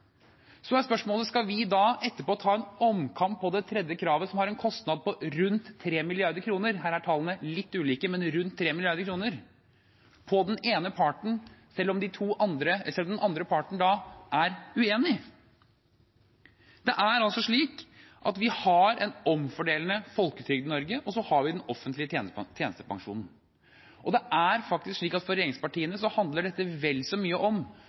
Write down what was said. er spørsmålet: Skal vi da etterpå ta en omkamp på det tredje kravet, som har en kostnad på rundt 3 mrd. kr – her er tallene litt ulike, men rundt 3 mrd. kr – på vegne av den ene parten, selv om den andre parten er uenig? Vi har en omfordelende folketrygd i Norge, og så har vi den offentlige tjenestepensjonen. Og for regjeringspartiene handler dette vel så mye om